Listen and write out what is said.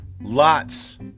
Lots